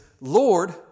Lord